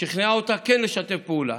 שכנעה אותה כן לשתף פעולה.